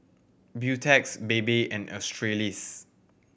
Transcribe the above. Beautex Bebe and Australis